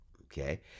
okay